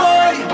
Boy